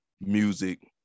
music